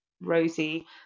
Rosie